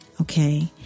Okay